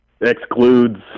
excludes